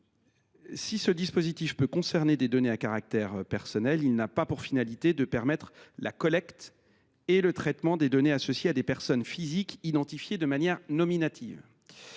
Si ce dispositif peut concerner des données à caractère personnel, il n’a pas pour finalité de permettre la collecte et le traitement de données associées à des personnes physiques identifiées de manière nominative.